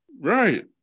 right